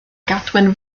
gadwyn